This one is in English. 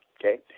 okay